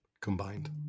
combined